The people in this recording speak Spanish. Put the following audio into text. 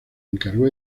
encargó